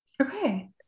Okay